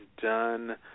done